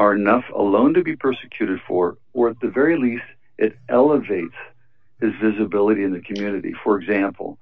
are enough alone to be persecuted for or at the very least it elevates is visibility in the community for example